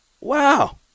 Wow